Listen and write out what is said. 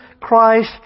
Christ